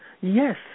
Yes